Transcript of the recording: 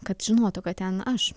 kad žinotų kad ten aš